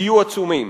יהיו עצומים.